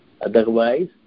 Otherwise